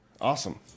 Awesome